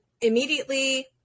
immediately